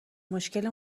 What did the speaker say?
مشکل